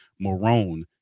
Marone